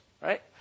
right